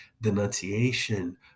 denunciation